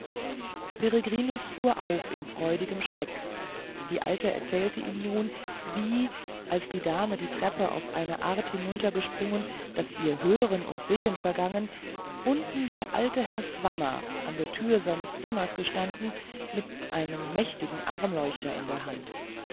fuhr auf im freudigen schreck die alte erzählte ihm nun wie als die dame die treppe auf eine art hinabgesprungen daß ihr hören und sehen vergangen unten der alte herr swammer in der türe seines zimmers gestanden mit einem mächtigen armleuchter in der hand